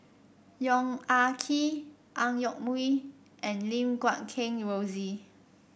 Yong Ah Kee Ang Yoke Mooi and Lim Guat Kheng Rosie